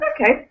okay